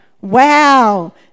Wow